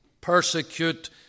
Persecute